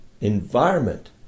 environment